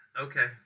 Okay